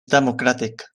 democràtic